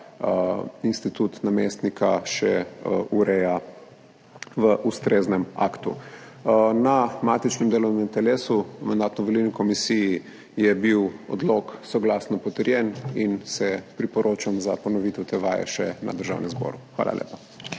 institut namestnika še ureja v ustreznem aktu. Na matičnem delovnem telesu, v Mandatno-volilni komisiji, je bil odlok soglasno potrjen in se priporočam za ponovitev te vaje še v Državnem zboru. Hvala lepa.